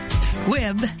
squib